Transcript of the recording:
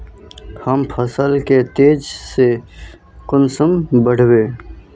हम फसल के तेज से कुंसम बढ़बे?